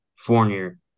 Fournier